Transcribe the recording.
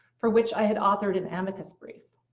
for which i had authored an amicus brief.